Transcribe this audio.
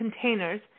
containers